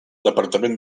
departament